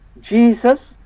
Jesus